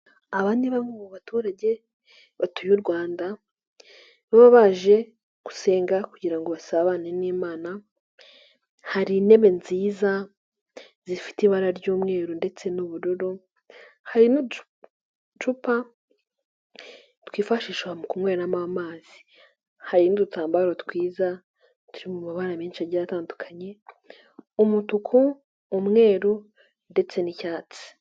Aba ni bamwe mu baturage batuye u Rwanda baba baje gusenga kugira ngo basabane n'Imana, hari intebe nziza zifite ibara ry'umweru ndetse n'ubururu, hari n'uducupa twifashishwa mu kunyweramo amazi, hari n'udutambaro twiza turi mu mabara menshi agiye atandukanye: umutukuu, umweru ndetse n'icyatsi.